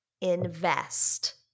invest